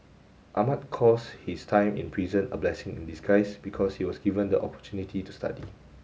Ahmad calls his time in prison a blessing in disguise because he was given the opportunity to study